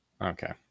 Okay